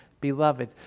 beloved